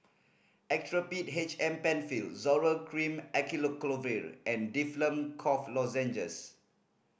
Actrapid H M Penfill Zoral Cream Acyclovir and Difflam Cough Lozenges